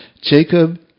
Jacob